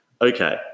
Okay